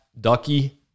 Ducky